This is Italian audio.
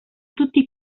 tutti